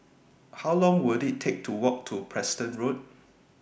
How Long Will IT Take to Walk to Preston Road